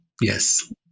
Yes